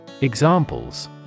Examples